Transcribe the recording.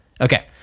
Okay